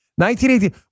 1918